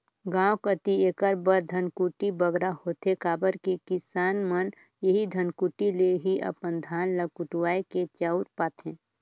गाँव कती एकर बर धनकुट्टी बगरा होथे काबर कि किसान मन एही धनकुट्टी ले ही अपन धान ल कुटवाए के चाँउर पाथें